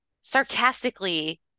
sarcastically